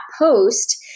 post